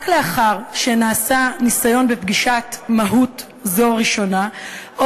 רק לאחר שנעשה ניסיון בפגישת מהו"ת ראשונה זו,